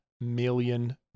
million